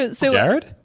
Jared